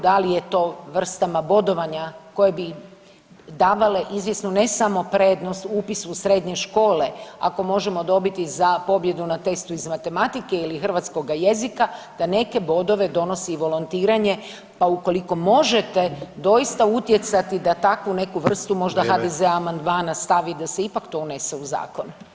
Da li je to vrstama bodovanja koje bi davale izvjesnu ne samo prednost upisu u srednje škole, ako možemo dobiti za pobjedu na testu iz matematike ili hrvatskoga jezika, da neke bodove donosi i volontiranje, pa ukoliko možete doista utjecati da takvu neku [[Upadica: Vrijeme.]] vrstu, možda HDZ amandmana stavi da se ipak to unese u zakon.